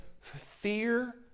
fear